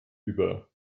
über